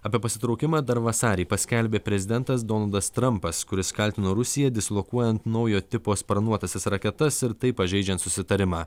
apie pasitraukimą dar vasarį paskelbė prezidentas donaldas trampas kuris kaltino rusiją dislokuojant naujo tipo sparnuotąsias raketas ir taip pažeidžiant susitarimą